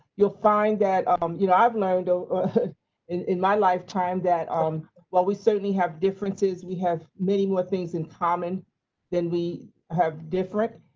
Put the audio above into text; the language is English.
you'll find that um you know i've learned and ah and in my lifetime that um while we certainly have differences, we have many more things in common than we have different.